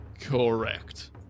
correct